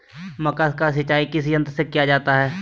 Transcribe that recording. मक्का की सिंचाई किस यंत्र से किया जाता है?